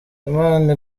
imana